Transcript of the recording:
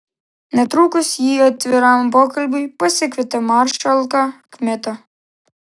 netrukus ji atviram pokalbiui pasikvietė maršalką kmitą